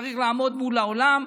צריך לעמוד מול העולם,